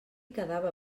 quedava